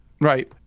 Right